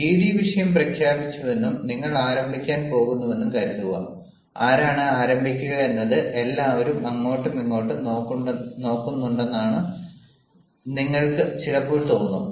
GD വിഷയം പ്രഖ്യാപിച്ചുവെന്നും നിങ്ങൾ ആരംഭിക്കാൻ പോകുന്നുവെന്നും കരുതുക ആരാണ് ആരംഭിക്കുകയെന്ന് എല്ലാവരും അങ്ങോട്ടുമിങ്ങോട്ടും നോക്കുന്നുണ്ടെന്ന് നിങ്ങൾക്ക് ചിലപ്പോൾ തോന്നും